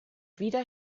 wieder